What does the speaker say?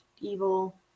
evil